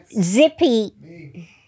Zippy